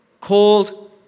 Called